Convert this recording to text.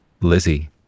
Lizzie